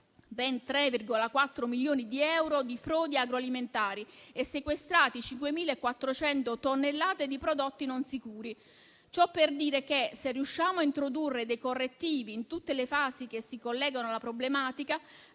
ben 3,4 milioni di euro di frodi agroalimentari e sequestrate 5.400 tonnellate di prodotti non sicuri. Ciò per dire che, se riusciamo a introdurre dei correttivi in tutte le fasi che si collegano alla problematica,